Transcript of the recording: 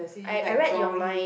I I read your mind